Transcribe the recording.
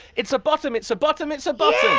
it's a bottom. it's a bottom. it's a bottom.